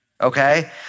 okay